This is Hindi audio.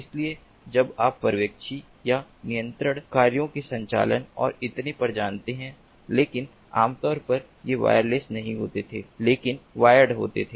इसलिए जब आप पर्यवेक्षी और नियंत्रण कार्यों के संचालन और इतने पर जानते हैं लेकिन आमतौर पर ये वायरलेस नहीं होते थे लेकिन वायर्ड होते थे